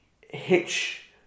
Hitch